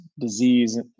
disease